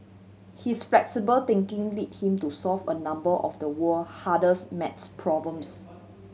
his flexible thinking led him to solve a number of the world hardest maths problems